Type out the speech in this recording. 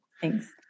thanks